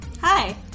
Hi